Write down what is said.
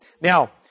Now